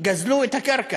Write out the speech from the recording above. יש בה עיוורון.)